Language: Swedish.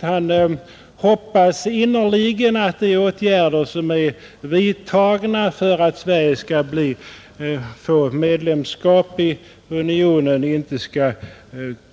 Han hoppas innerligen att de åtgärder som är vidtagna för att Sverige skall få medlemskap i unionen inte skall